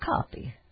copy